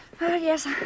Yes